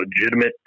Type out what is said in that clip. legitimate